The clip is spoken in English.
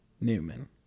Newman